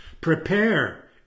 prepare